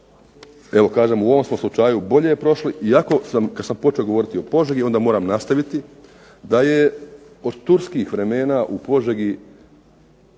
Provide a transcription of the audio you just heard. Evo kažem u ovom smo slučaju bolje prošli, iako sam kad sam počeo govoriti o Požegi, onda moram nastaviti, da je od turskih vremena u Požegi